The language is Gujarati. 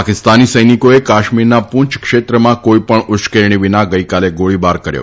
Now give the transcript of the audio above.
પાકિસ્તાની સૈનિકોએ કાશ્મીરના પૂંછ ક્ષેત્રમાં કોઈપણ ઉશ્કેરણી વિના ગઈકાલે ગોળીબાર કર્યો છે